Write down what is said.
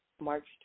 March